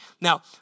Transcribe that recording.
Now